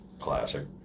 Classic